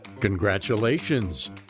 Congratulations